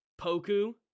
Poku